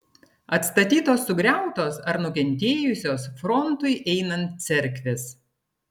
atstatytos sugriautos ar nukentėjusios frontui einant cerkvės